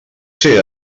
ser